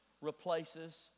replaces